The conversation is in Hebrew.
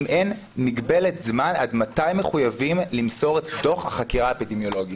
אם אין מגבלת זמן עד מתי מחויבים למסור את דוח החקירה האפידמיולוגית.